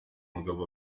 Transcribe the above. umugabo